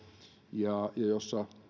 ja joissa